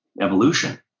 evolution